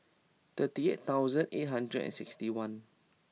thirty eight thousand eight hundred and sixty one